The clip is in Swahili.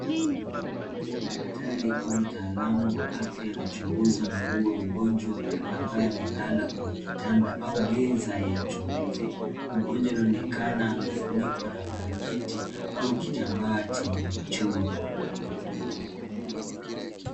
Daktari au mtaalamu wa afya anachunguza mguu wa mgonjwa ambaye amelala kwenye kitanda au meza ya uchunguzi. Mgonjwa anaonekana amefunikwa na blanketi au kitambaa chenye michoro.